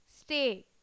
stay